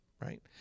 right